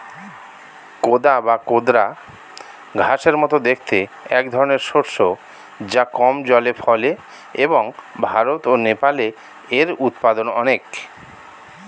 কোদা বা কোদরা ঘাসের মতো দেখতে একধরনের শস্য যা কম জলে ফলে এবং ভারত ও নেপালে এর উৎপাদন অনেক